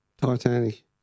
Titanic